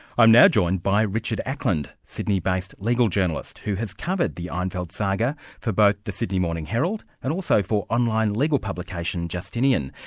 i'm now joined by richard ackland, sydney-based legal journalist, who has covered the einfeld saga for both the sydney morning herald and also for online legal publication, justinian.